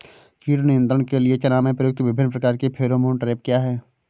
कीट नियंत्रण के लिए चना में प्रयुक्त विभिन्न प्रकार के फेरोमोन ट्रैप क्या है?